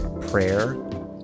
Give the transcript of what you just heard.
prayer